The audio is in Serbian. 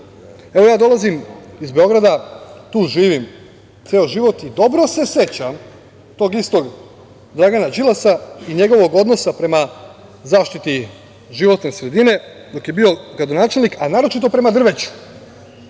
ja dolazim iz Beograda, tu živim ceo život, i dobro se sećam to istog Dragana Đilasa i njegovog odnosa prema zaštiti životne sredine dok je bio gradonačelnik, a naročito prema drveću.